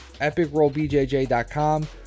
EpicRollBJJ.com